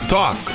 Talk